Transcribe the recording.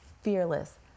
fearless